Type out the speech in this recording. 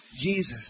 Jesus